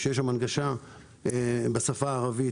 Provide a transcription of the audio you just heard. שיש בהם הנגשה בשפה הערבית,